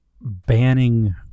banning